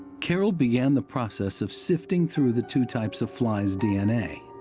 carroll began the process of sifting through the two types of flies' d n a.